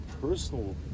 personal